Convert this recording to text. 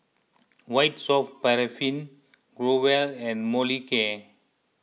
White Soft Paraffin Growell and Molicare